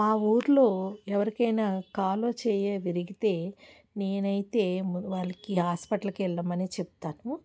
మా ఊరిలో ఎవరికైనా కాలో చెయ్యో విరిగితే నేనైతే వాళ్ళకి హాస్పిటల్కి వెళ్ళమని చెప్తాను